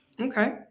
Okay